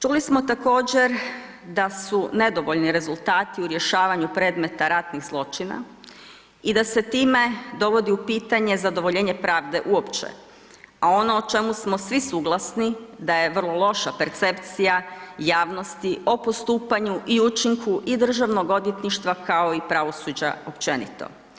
Čuli smo također da su nedovoljni rezultati u rješavanju predmeta ratnih zločina i da se time dovodi u pitanje zadovoljenje pravde uopće, a ono u čemu smo svi suglasni da je vrlo loša percepcija javnosti o postupanju i učinku i državnog odvjetništva kao i pravosuđa općenito.